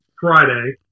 Friday